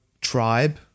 tribe